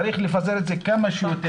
צריך לפזר את זה כמה שיותר.